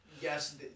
yes